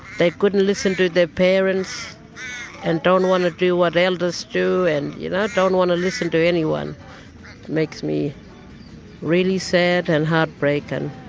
they couldn't listen to their parents and don't want to do what elders do and you know, don't want to listen to anyone. it makes me really sad and heartbroken.